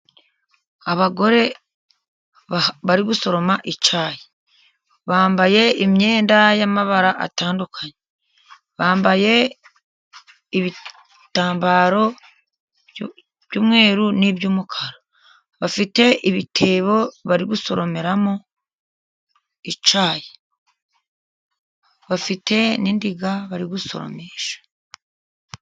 Abagore bari gusoroma icyayi, bambaye imyenda y'amabara atandukanye, bambaye ibitambaro by'umweru n'iby'umukara, bafite ibitebo bari gusoromeramo icyayi, bafite n'indiga bari gusumesha.